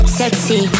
sexy